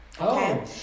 Okay